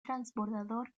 transbordador